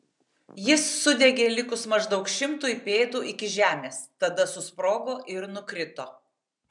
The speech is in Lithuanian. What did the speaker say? jis sudegė likus maždaug šimtui pėdų iki žemės tada susprogo ir nukrito